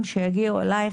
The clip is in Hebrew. תודה.